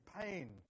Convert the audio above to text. pain